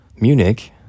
Munich